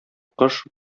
кош